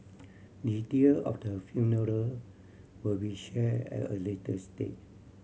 detail of the funeral will be share at a later stage